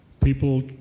people